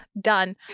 Done